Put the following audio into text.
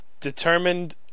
determined